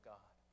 God